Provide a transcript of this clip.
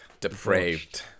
depraved